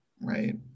right